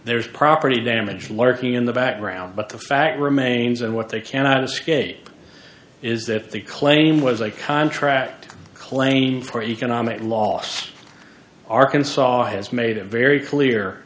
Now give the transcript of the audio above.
there's property damage lurking in the background but the fact remains that what they cannot escape is that the claim was a contract claim for economic loss arkansas has made a very clear